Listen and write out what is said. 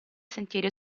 sentieri